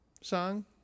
song